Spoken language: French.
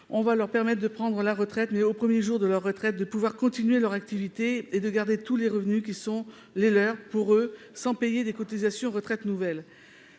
on va leur permettre de prendre la retraite, mais, au premier jour de leur retraite, de pouvoir continuer leur activité et de garder tous les revenus qui sont les leurs, pour eux, sans payer de cotisations retraite nouvelles.